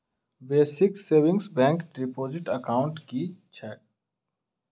Basic savings bank deposit account की छैक?